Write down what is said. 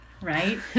right